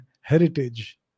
heritage